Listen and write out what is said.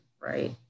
right